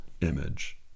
image